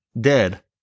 Dead